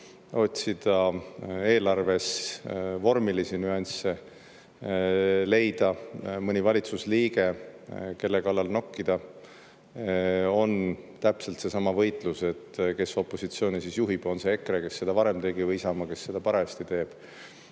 otsida eelarves vormilisi nüansse, leida mõni valitsusliige, kelle kallal nokkida, on täpselt seesama võitlus, et kes opositsiooni siis juhib, on see EKRE, kes seda varem tegi, või Isamaa, kes seda parajasti teeb.